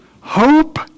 hope